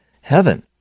heaven